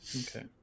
Okay